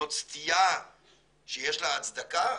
זאת סטייה שיש לה הצדקה?